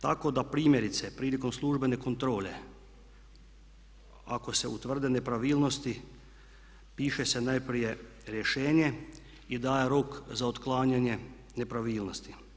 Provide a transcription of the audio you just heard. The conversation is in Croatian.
Tako da primjerice prilikom službene kontrole ako se utvrde nepravilnosti piše se najprije rješenje i daje rok za otklanjanje nepravilnosti.